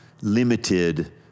limited